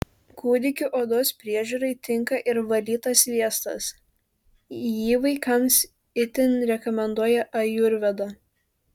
kūdikių odos priežiūrai tinka ir valytas sviestas jį vaikams itin rekomenduoja ajurveda